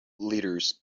leaders